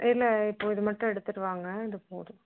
இல்லை இப்போ இது மட்டும் எடுத்துகிட்டு வாங்க இது போதும்